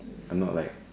I'm not like